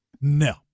No